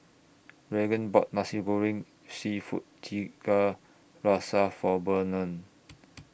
Regan bought Nasi Goreng Seafood Tiga Rasa For Burnell